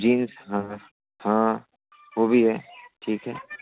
jeans हाँ हाँ वह भी है ठीक है